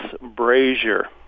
Brazier